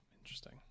interesting